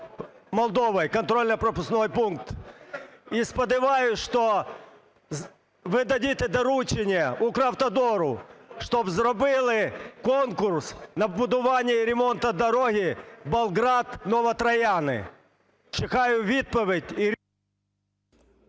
Молдова, контрольно-пропускний пункт. І, сподіваюся, що ви дасте доручення "Укравтодору", щоб зробили конкурс на будування і ремонт дороги Болград - Нові Трояни. Чекаю відповідь.